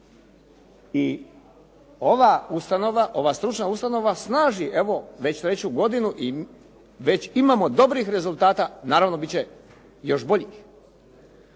ova stručna ustanova snaži evo već treću godinu i već imamo dobrih rezultata. Naravno, bit će još boljih.